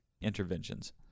interventions